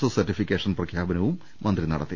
O certification പ്രഖ്യാപനവും മന്ത്രി നടത്തി